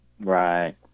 Right